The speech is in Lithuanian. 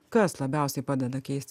kas labiausiai padeda keisti